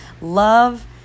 love